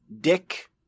Dick